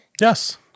Yes